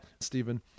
Stephen